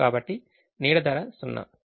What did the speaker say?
కాబట్టి నీడ ధర 0